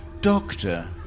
doctor